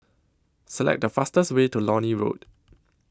Select The fastest Way to Lornie Road